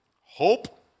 hope